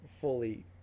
fully